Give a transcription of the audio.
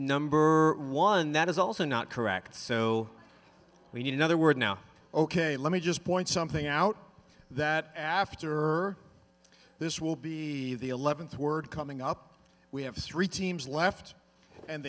number one that is also not correct so we need another word now ok let me just point something out that after this will be the eleventh word coming up we have three teams left and